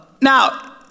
Now